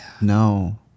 no